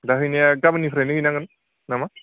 दा हैनाया गाबोननिफ्रायनो हैनांगोन नामा